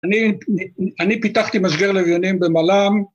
‫אני פיתחתי משגר לוויינים במלאם.